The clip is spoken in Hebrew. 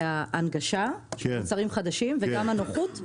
ההנגשה של מוצרים חדשים וגם הנוחות?